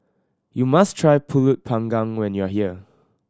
you must try Pulut Panggang when you are here